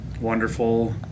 wonderful